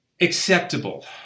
acceptable